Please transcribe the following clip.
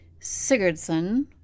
Sigurdsson